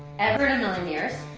ever in a million years.